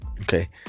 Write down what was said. Okay